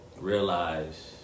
realize